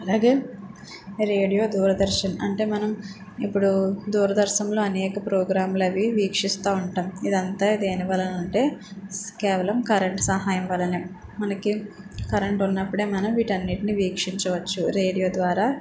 అలాగే రేడియో దూరదర్శన్ అంటే మనం ఇప్పుడు దూరదర్శన్లో అనేక ప్రోగ్రాములు అవి వీక్షిస్తూ ఉంటాం ఇదంతా దేనివలన అంటే కేవలం కరెంట్ సహాయం వలన మనకి కరెంట్ ఉన్నప్పుడే మనం వీటన్నిటిని వీక్షించవచ్చు రేడియో ద్వారా